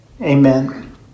Amen